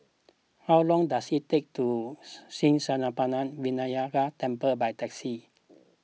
how long does it take to Sri Senpaga Vinayagar Temple by taxi